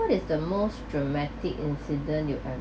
what is the most dramatic incident you have